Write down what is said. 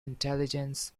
intelligence